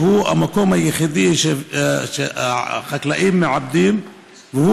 הוא המקום היחידי שהחקלאים מעבדים והוא